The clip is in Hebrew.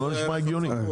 זה לא נשמע הגיוני.